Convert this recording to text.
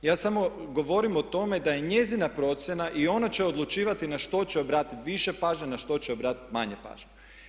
Ja samo govorim o tome da je njezina procjena i ona će odlučivati na što će obratiti više pažnje, na što će obratiti manje pažnje.